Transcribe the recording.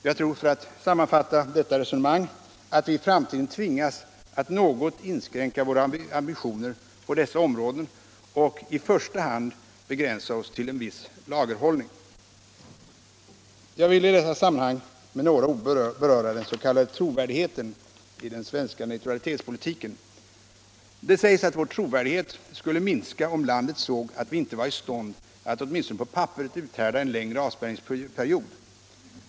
Jag tror — för att sammanfatta detta resonemang — att vi i framtiden tvingas att något inskränka våra ambitioner på dessa områden och i första hand inrikta oss på en viss lagerhållning. Jag vill i detta sammanhang med några ord beröra den s.k. trovärdigheten i den svenska neutralitetspolitiken. Det sägs att vår trovärdighet skulle minska om utlandet såg att vi inte var i stånd att åtminstone på papperet uthärda en längre avspärrningsperiod.